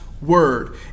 word